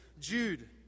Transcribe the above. Jude